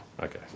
Okay